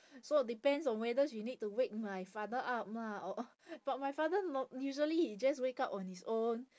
so depends on whether she need to wake my father up ah or but my father nor~ usually he just wake up on his own